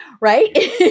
right